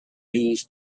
news